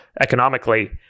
economically